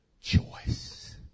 choice